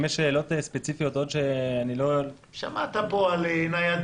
אם יש עוד שאלות ספציפיות -- שמעת פה על ניידות,